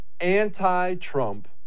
anti-Trump